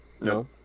No